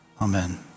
Amen